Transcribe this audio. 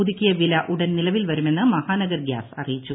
പുതുക്കിയ വില ഉടൻ നിലവിൽ വരുമെന്ന് മഹാനഗർ ഗ്യാസ് അറിയിച്ചു